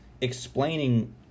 explaining